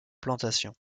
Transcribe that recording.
plantation